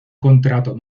contrato